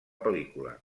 pel·lícula